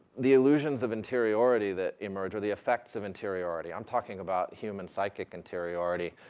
the illusions of interiority that emerge, or the effects of interiority, i'm talking about human psychic interiority,